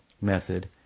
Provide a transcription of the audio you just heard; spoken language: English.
method